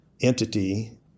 entity